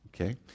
Okay